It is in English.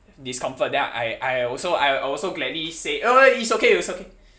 discomfort then I I also I also gladly say oh it's okay it's okay